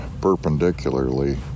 perpendicularly